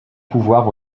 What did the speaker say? pouvoir